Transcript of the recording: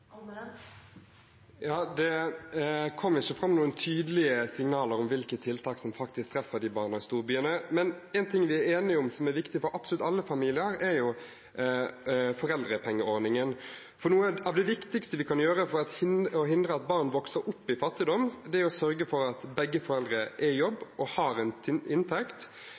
kom ikke fram noen tydelige signaler om hvilke tiltak som faktisk treffer barna i storbyene. Men en ting vi er enige om, som er viktig for absolutt alle familier, er foreldrepengeordningen. Noe av det viktigste vi kan gjøre for å hindre at barn vokser opp i fattigdom, er å sørge for at begge foreldrene er i jobb og har en inntekt.